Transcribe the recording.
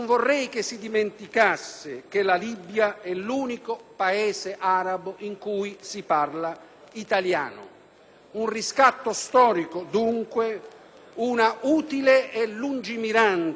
Un riscatto storico, dunque, una utile e lungimirante operazione diplomatica verso il mondo arabo. Un Trattato che corrisponde agli interessi generali